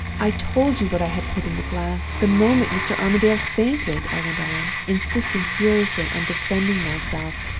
i told you what i had put in the glass, the moment mr. armadale fainted i went on insisting furiously on defending myself,